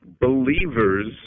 Believers